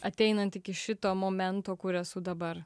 ateinant iki šito momento kur esu dabar